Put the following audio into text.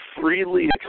freely